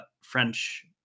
French